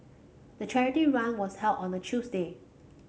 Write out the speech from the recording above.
the charity run was held on a Tuesday